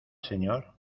señor